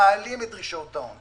מעלים את דרישות ההון.